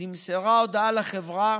נמסרה הודעה לחברה